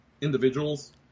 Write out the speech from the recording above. individuals